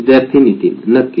विद्यार्थी नितीन नक्कीच